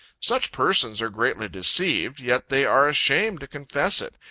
such persons are greatly deceived, yet they are ashamed to confess it,